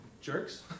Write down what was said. Jerks